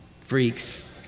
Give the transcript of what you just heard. freaks